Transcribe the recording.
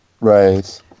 Right